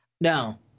No